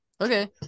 okay